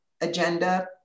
agenda